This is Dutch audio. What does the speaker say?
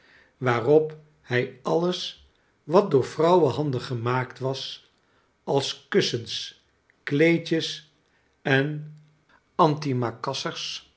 waarop hij alles wat door vrouwenhanden gemaakt was als kussens kleedjes en antimacassers